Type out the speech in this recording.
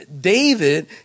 David